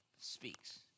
speaks